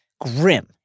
grim